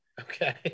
Okay